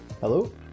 Hello